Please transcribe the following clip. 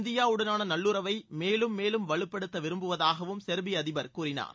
இந்தியாவுடனான நல்லுறவை மேலும் மேலும் வலுப்படுத்த விரும்புவதாகவும் செர்பிய அதிபர் கூறினார்